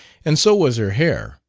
and so was her hair.